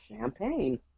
Champagne